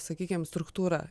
sakykim struktūra